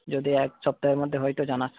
যদি এক সপ্তাহের মধ্যে হয় তো জানাস